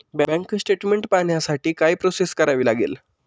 Bank statement पाहण्यासाठी काय process करावी लागेल?